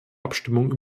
abstimmung